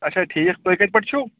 اچھا ٹھیٖک تُہۍ کَتہِ پٮ۪ٹھ چھُ